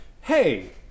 hey